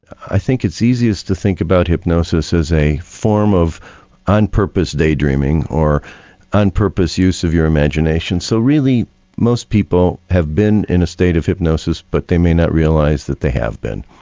i think it's easiest to think about hypnosis as a form of on-purpose day dreaming or on-purpose use of your imagination so really most people have been in a state of hypnosis but they may not realise that they have been.